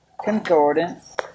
concordance